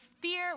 fear